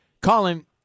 Colin